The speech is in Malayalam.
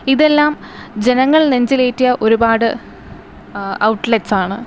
ഇതെല്ലാം ജനങ്ങൾ നെഞ്ചിലേറ്റിയ ഒരുപാട് ഔട്ട്ലെറ്റ്സ് ആണ്